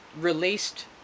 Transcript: released